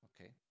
Okay